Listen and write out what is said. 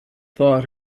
thought